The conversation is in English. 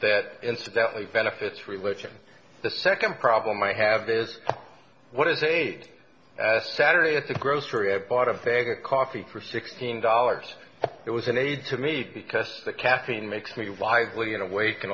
that incidentally benefits religion the second problem i have is what is a ast saturday at the grocery i bought a bag of coffee for sixteen dollars it was an aid to me because the caffeine makes me lively and awake